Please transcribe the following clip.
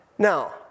Now